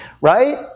right